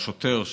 או שוטר,